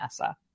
NASA